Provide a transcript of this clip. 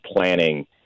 planning